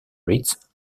reds